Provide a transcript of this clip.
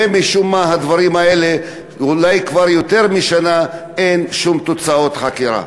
ומשום מה בדברים האלה אולי כבר יותר משנה אין שום תוצאות חקירה.